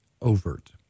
overt